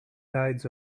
tides